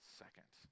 second